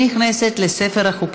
נתקבל.